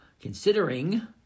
considering